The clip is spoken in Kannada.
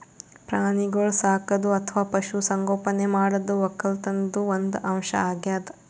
ಪ್ರಾಣಿಗೋಳ್ ಸಾಕದು ಅಥವಾ ಪಶು ಸಂಗೋಪನೆ ಮಾಡದು ವಕ್ಕಲತನ್ದು ಒಂದ್ ಅಂಶ್ ಅಗ್ಯಾದ್